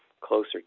closer